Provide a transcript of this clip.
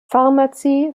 pharmazie